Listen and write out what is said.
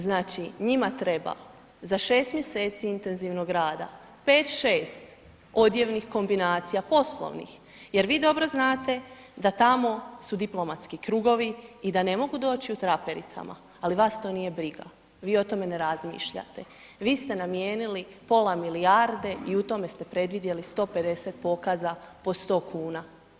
Znači njima treba za 6 mjeseci intenzivnog rada 5, 6 odjevnih kombinacija, poslovnih, jer vi dobro znate da tamo su diplomatski krugovi i da ne mogu doći u trapericama, ali vas to nije briga, vi o tome ne razmišljate, vi ste namijenili pola milijarde i u tome ste predvidjeli 150 pokaza po 100 kuna.